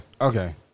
Okay